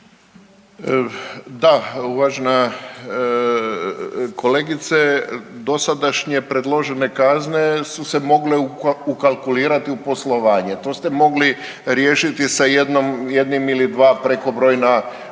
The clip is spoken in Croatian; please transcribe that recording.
Da, uvažena kolegice dosadašnje predložene kazne su se mogle ukalkulirati u poslovanje. To ste mogli riješiti sa jednim ili dva prekobrojna korisnika